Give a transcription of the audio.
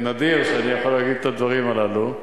נדיר שאני יכול להגיד את הדברים הללו.